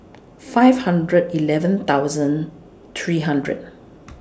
five hundred eleven thousand three hundred